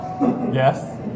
yes